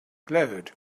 glowed